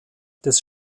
des